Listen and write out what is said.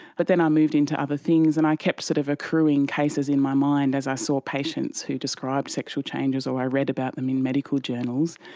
but then i moved into other things, and i kept sort of accruing cases in my mind as i saw patients who described sexual changes or i read about them in medical journals.